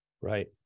Right